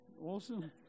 Awesome